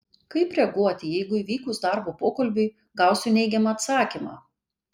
kaip reaguoti jeigu įvykus darbo pokalbiui gausiu neigiamą atsakymą